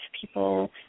people